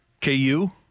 KU